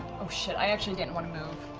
oh shit, i actually didn't want to move.